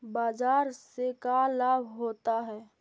बाजार से का लाभ होता है?